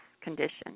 condition